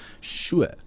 sure